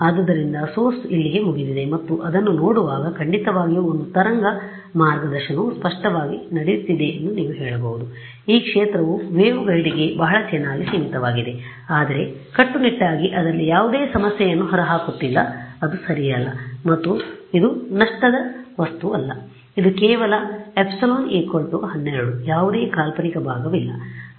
ಆದ್ದರಿಂದ source ಇಲ್ಲಿಗೆ ಮುಗಿದಿದೆ ಮತ್ತು ಇದನ್ನು ನೋಡುವಾಗ ಖಂಡಿತವಾಗಿಯೂ ಒಂದು ತರಂಗ ಮಾರ್ಗದರ್ಶನವು ಸ್ಪಷ್ಟವಾಗಿ ನಡೆಯುತ್ತಿದೆ ಎಂದು ನೀವು ಹೇಳಬಹುದು ಈ ಕ್ಷೇತ್ರವು ವೇವ್ಗೈಡ್ಗೆ ಬಹಳ ಚೆನ್ನಾಗಿ ಸೀಮಿತವಾಗಿದೆ ಆದರೆ ಕಟ್ಟುನಿಟ್ಟಾಗಿ ಅದರಲ್ಲಿ ಯಾವುದೇ ಸಮಸ್ಯೆಯನ್ನು ಹೊರಹಾಕುತ್ತಿಲ್ಲ ಅದು ಸರಿಯಲ್ಲ ಮತ್ತು ಇದು ನಷ್ಟದ ವಸ್ತುವಲ್ಲ ಇದು ಕೇವಲ ε 12 ಯಾವುದೇ ಕಾಲ್ಪನಿಕ ಭಾಗವಿಲ್ಲ